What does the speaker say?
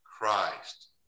Christ